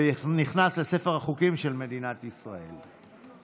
ונכנס לספר החוקים של מדינת ישראל.